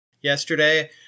yesterday